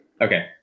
Okay